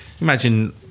imagine